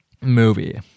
movie